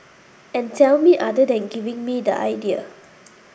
and tell me other than giving me the idea